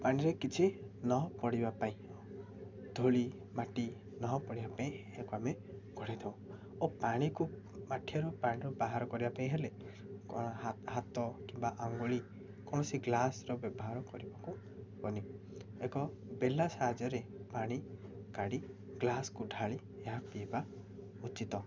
ପାଣିରେ କିଛି ନ ପଡ଼ିବା ପାଇଁ ଧୂଳି ମାଟି ନ ପଡ଼ିବା ପାଇଁ ଏହାକୁ ଆମେ ଘୋଡ଼େଇ ଥାଉ ଓ ପାଣିକୁ ମାଠିର ପାଣିରୁ ବାହାର କରିବା ପାଇଁ ହେଲେ କ'ଣ ହାତ କିମ୍ବା ଆଙ୍ଗୁଳି କୌଣସି ଗ୍ଲାସ୍ର ବ୍ୟବହାର କରିବାକୁ ହବନି ଏକ ବେଲା ସାହାଯ୍ୟରେ ପାଣି କାଢ଼ି ଗ୍ଲାସ୍ ଢାଳି ଏହା ପିଇବା ଉଚିତ୍